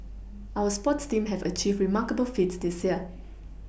our sports teams have achieved remarkable feats this year